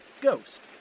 Ghost